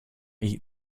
eat